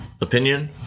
opinion